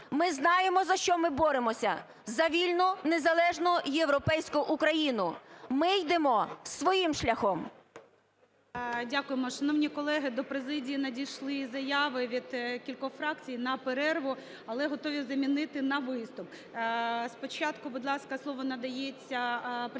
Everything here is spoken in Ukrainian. Ми знаємо, за що ми боремося: за вільну, незалежну, європейську Україну. Ми йдемо своїм шляхом. ГОЛОВУЮЧИЙ. Дякуємо. Шановні колеги, до президії надійшли заяви від кількох фракцій на перерву, але готові замінити на виступ. Спочатку, будь ласка, слово надається представнику